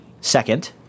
second